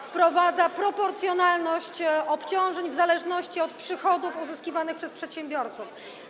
Wprowadza proporcjonalność obciążeń w zależności od przychodów uzyskiwanych przez przedsiębiorców.